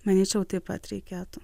manyčiau taip pat reikėtų